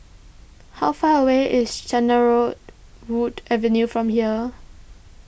how far away is Cedarwood Avenue from here